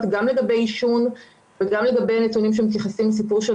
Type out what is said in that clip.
גם לגבי עישון וגם לגבי נתונים שמתייחסים לסיפור של